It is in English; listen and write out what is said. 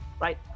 right